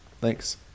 thanks